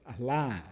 alive